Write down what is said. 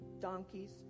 donkey's